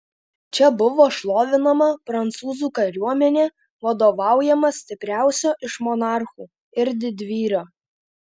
čia buvo šlovinama prancūzų kariuomenė vadovaujama stipriausio iš monarchų ir didvyrio